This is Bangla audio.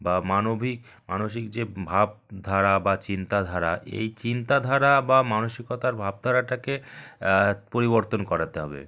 বা মানবিক মানসিক যে ভাবধারা বা চিন্তাধারা এই চিন্তাধারা বা মানসিকতার ভাবধারাটাকে পরিবর্তন করাতে হবে